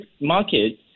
market